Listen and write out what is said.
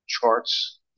charts